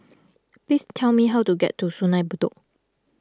please tell me how to get to Sungei Bedok